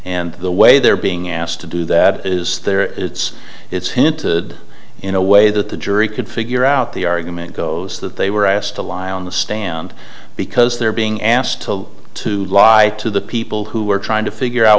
and the way they're being asked to do that is they're it's it's hinted in a way that the jury could figure out the argument goes that they were asked to lie on the stand because they're being asked to lie to the people who are trying to figure out